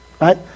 Right